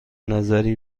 نظری